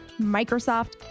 Microsoft